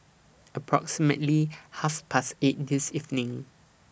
approximately Half Past eight This evening